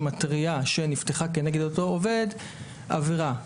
שמתריעה שנפתחה כנגד אותו עובד עבירה.